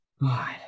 God